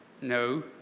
No